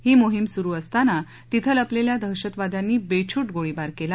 ही मोहीम सुरू असताना तिथं लपलेल्या दहशतवाद्यांनी बेछू गोळीबार केला